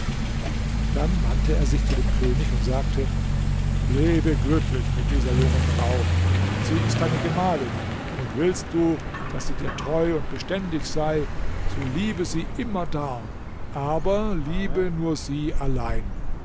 dann wandte er sich zu dem könig und sagte lebe glücklich mit dieser jungen frau sie ist deine gemahlin und willst du daß sie dir treu und beständig sei so liebe sie immerdar aber liebe nur sie allein